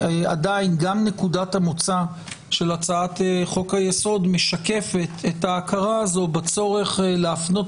גם נקודת המוצא של הצעת חוק היסוד משקפת את ההכרה הזו בצורך להפנות